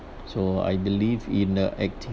so I believe in a active